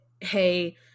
hey